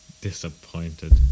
disappointed